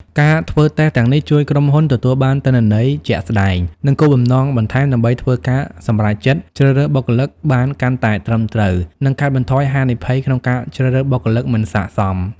ការធ្វើតេស្តទាំងនេះជួយក្រុមហ៊ុនទទួលបានទិន្នន័យជាក់ស្តែង និងគោលបំណងបន្ថែម ដើម្បីធ្វើការសម្រេចចិត្តជ្រើសរើសបុគ្គលិកបានកាន់តែត្រឹមត្រូវ និងកាត់បន្ថយហានិភ័យក្នុងការជ្រើសរើសបុគ្គលិកមិនស័ក្តិសម។